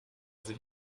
sich